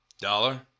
Dollar